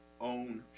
own